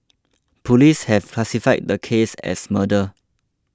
police have classified the case as murder